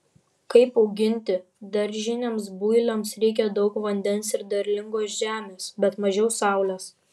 kaip auginti daržiniams builiams reikia daug vandens ir derlingos žemės bet mažiau saulės